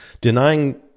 Denying